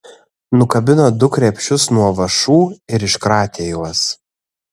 nukabino du krepšius nuo vąšų ir iškratė juos